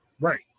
right